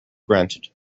granted